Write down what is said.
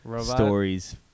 stories